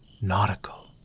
nautical